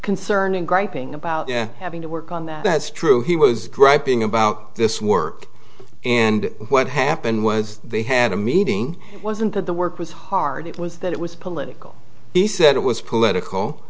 concerning griping about having to work on that that's true he was griping about this work and what happened was they had a meeting wasn't that the work was hard it was that it was political he said it was political